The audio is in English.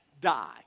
die